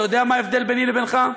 אתה יודע מה ההבדל ביני לבינך?